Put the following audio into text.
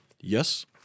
Yes